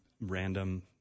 random